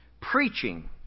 preaching